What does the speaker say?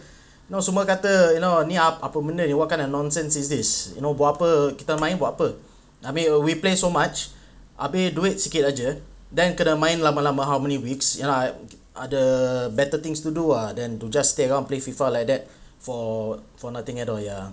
now semua kata you know ni apa apa benda what kind of nonsense is this you know buat apa kita main buat apa I mean we play so much habis duit sikit saja then kena main lama lama how many weeks ya lah ada better things to do ah than to just stay around and play FIFA like that for for nothing at all ya